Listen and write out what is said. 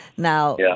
Now